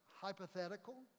hypothetical